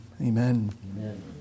amen